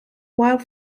wild